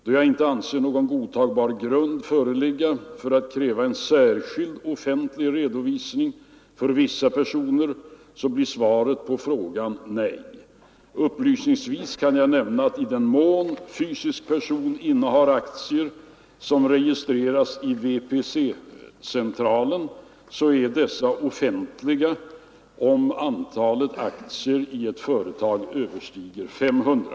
Då jag inte anser någon godtagbar grund föreligga för att kräva en särskild offentlig redovisning för vissa personer blir svaret på frågan nej. Upplysningsvis kan jag nämna att i den mån fysisk person innehar aktier som registreras i Värdepapperscentralen är dessa uppgifter offentliga om antalet aktier i ett företag överstiger 500.